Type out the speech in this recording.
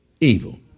evil